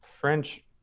French